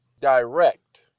direct